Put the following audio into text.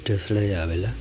ઢસડાઈ આવેલા